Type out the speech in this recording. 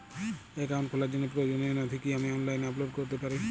Account খোলার জন্য প্রয়োজনীয় নথি কি আমি অনলাইনে আপলোড করতে পারি?